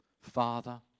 Father